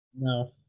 No